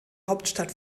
hauptstadt